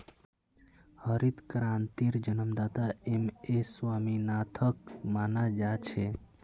हरित क्रांतिर जन्मदाता एम.एस स्वामीनाथनक माना जा छे